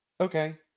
Okay